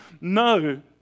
no